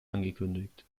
angekündigt